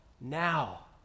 now